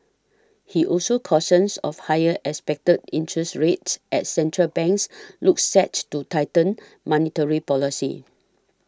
he also cautioned of higher expected interest rates as central banks look set to tighten monetary policy